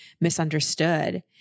misunderstood